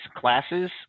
classes